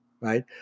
right